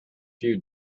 few